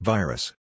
Virus